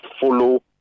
follow